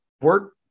work